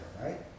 right